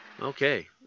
Okay